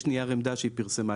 יש נייר עמדה שהיא פרסמה.